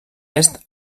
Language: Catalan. est